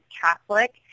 Catholic